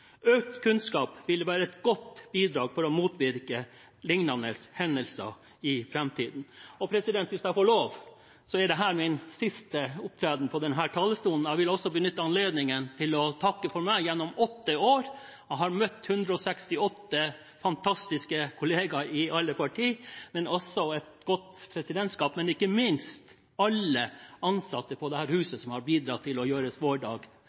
Økt kunnskap ville være et godt bidrag for å motvirke lignende hendelser i framtiden. Og hvis jeg får lov: Siden dette er min siste opptreden på denne talerstolen, vil jeg benytte anledningen til å takke for meg gjennom åtte år. Jeg har møtt 168 fantastiske kollegaer fra alle partier – og også et godt presidentskap. Og ikke minst vil jeg takke alle ansatte i dette huset, som har bidratt til å